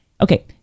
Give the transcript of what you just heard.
Okay